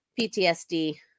PTSD